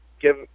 give